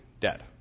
dead